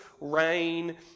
rain